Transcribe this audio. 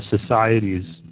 societies